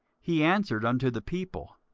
he answered unto the people,